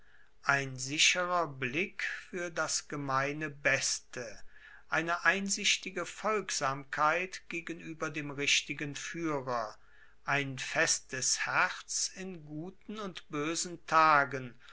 ein sicherer blick fuer das gemeine beste eine einsichtige folgsamkeit gegenueber dem richtigen fuehrer ein festes herz in guten und boesen tagen